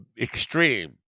extreme